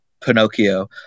pinocchio